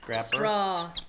straw